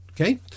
okay